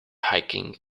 hiking